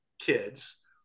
kids